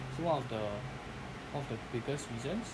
so one of the one of the biggest reasons